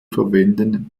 verwenden